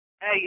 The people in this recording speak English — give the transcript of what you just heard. Hey